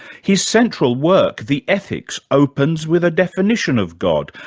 his central work, the ethics, opens with a definition of god,